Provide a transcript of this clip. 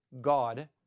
God